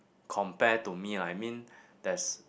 compare to me lah I mean there's